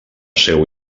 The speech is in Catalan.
seu